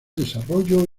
desarrollo